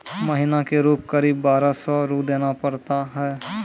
महीना के रूप क़रीब बारह सौ रु देना पड़ता है?